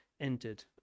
entered